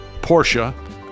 Porsche